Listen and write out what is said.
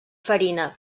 farina